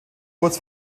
kurz